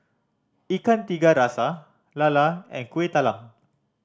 Ikan Tiga Rasa lala and Kueh Talam